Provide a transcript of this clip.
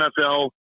nfl